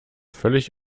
völlig